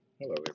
Hello